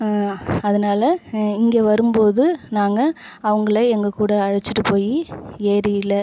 அதனால் இங்கே வரும்போது நாங்கள் அவங்களை எங்கள் கூட அழைச்சிட்டு போய் ஏரியில